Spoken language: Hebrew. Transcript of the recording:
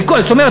זאת אומרת,